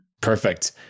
Perfect